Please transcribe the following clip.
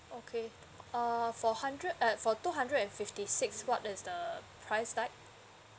okay err for hundred eh for two hundred and fifty six what is the price like